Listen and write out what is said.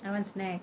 I want snack